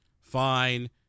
fine